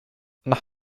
nach